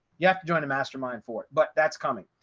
you have to join a mastermind for it, but that's coming.